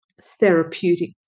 therapeutic